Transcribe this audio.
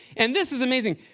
and this is amazing.